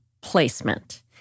placement